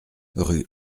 rue